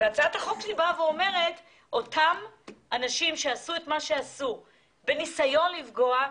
הצעת החוק שלי אומרת שיש לעשות מעקב אחרי אנשים שניסו לפגוע,